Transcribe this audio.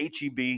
HEB